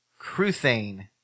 Cruthane